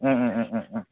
Om Om Om Om